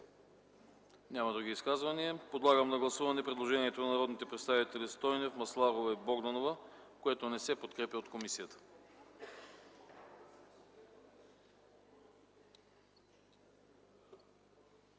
Няма. Други изказвания? Няма. Подлагам на гласуване предложението на народните представители Стойнев, Масларова и Богданова, което не се подкрепя от комисията.